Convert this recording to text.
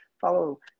follow